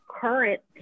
current